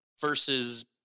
versus